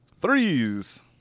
Threes